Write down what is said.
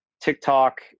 TikTok